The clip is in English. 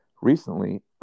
recently